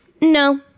No